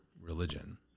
religion